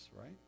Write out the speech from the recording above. right